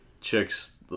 chicks